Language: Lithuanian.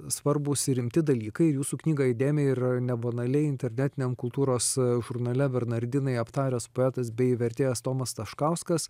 svarbūs ir rimti dalykai jūsų knygą įdėmiai ir nebanaliai internetiniam kultūros žurnale bernardinai aptaręs poetas bei vertėjas tomas taškauskas